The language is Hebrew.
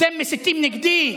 אתם מסיתים נגדי,